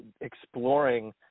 exploring